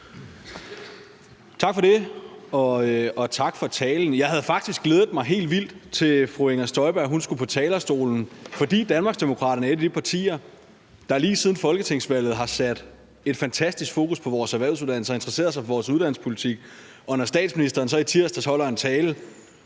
Tak for det, og tak for talen. Jeg havde faktisk glædet mig helt vildt til, at fru Inger Støjberg skulle på talerstolen. For Danmarksdemokraterne er et af de partier, der lige siden folketingsvalget har sat et fantastisk fokus på vores erhvervsuddannelser og interesseret sig for vores uddannelsespolitik, og når statsministeren så i tirsdags holdt en tale